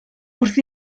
wrth